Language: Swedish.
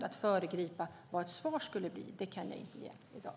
Att säga vad svaret skulle bli kan jag däremot inte göra i dag.